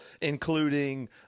including –